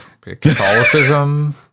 Catholicism